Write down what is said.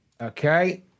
Okay